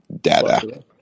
data